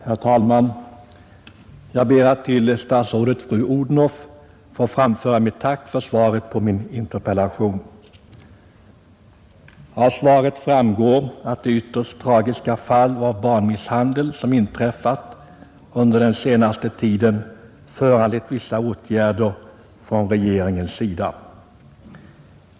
Herr talman! Jag ber att till statsrådet fru Odhnoff få framföra mitt tack för svaret på min interpellation. Av svaret framgår att de ytterst tragiska fall av barnmisshandel som inträffat under den senaste tiden föranlett vissa åtgärder från regeringens sida.